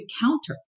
counter